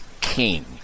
king